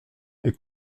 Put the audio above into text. est